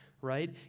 right